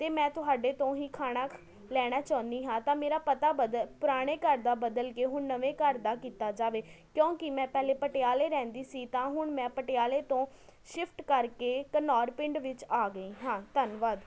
ਅਤੇ ਮੈਂ ਤੁਹਾਡੇ ਤੋਂ ਹੀ ਖਾਣਾ ਲੈਣਾ ਚਾਹੁੰਦੀ ਹਾਂ ਤਾਂ ਮੇਰਾ ਪਤਾ ਬਦਲ ਪੁਰਾਣੇ ਘਰ ਦਾ ਬਦਲ ਕੇ ਹੁਣ ਨਵੇਂ ਘਰ ਦਾ ਕੀਤਾ ਜਾਵੇ ਕਿਉਂਕਿ ਮੈਂ ਪਹਿਲੇ ਪਟਿਆਲੇ ਰਹਿੰਦੀ ਸੀ ਤਾਂ ਹੁਣ ਮੈਂ ਪਟਿਆਲੇ ਤੋਂ ਸ਼ਿਫਟ ਕਰਕੇ ਘਨੌਰ ਪਿੰਡ ਵਿੱਚ ਆ ਗਈ ਹਾਂ ਧੰਨਵਾਦ